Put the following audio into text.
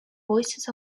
voices